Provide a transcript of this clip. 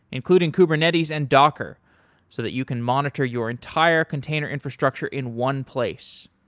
including kubernetes and docker so that you can monitor your entire container infrastructure in one place.